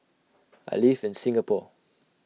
I live in Singapore